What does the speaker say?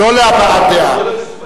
לא להבעת דעה.